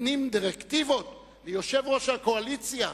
נותנים דירקטיבות ליושב-ראש הקואליציה,